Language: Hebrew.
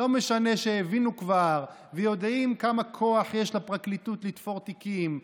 לא משנה שהבינו כבר ויודעים כמה כוח יש לפרקליטות לתפור תיקים,